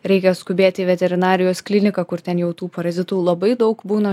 reikia skubėti į veterinarijos kliniką kur ten jau tų parazitų labai daug būna